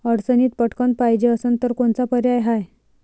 अडचणीत पटकण पायजे असन तर कोनचा पर्याय हाय?